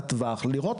לראות,